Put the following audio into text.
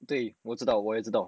对我知道我也知道